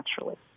naturally